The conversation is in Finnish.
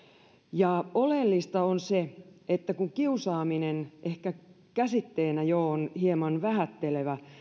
ja oleellista on se että kun kiusaaminen ehkä käsitteenä jo on hieman vähättelevä